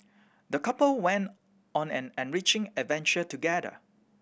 the couple went on an enriching adventure together